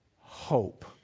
hope